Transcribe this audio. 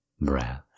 breath